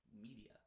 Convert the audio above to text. media